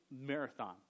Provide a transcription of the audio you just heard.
Marathon